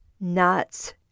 nuts